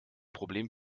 problem